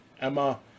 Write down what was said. Emma